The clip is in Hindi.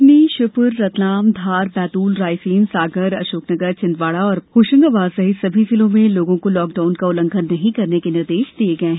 सिवनी श्योपुर रतलाम धार बैतूल रायसेन सागर अशोकनगर छिंदवाड़ा और होशंगाबाद सहित सभी जिलों में लोगों को लॉकडाउन का उल्लंघन नहीं करने के निर्देश दिये गये हैं